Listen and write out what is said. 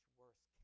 worse